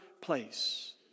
place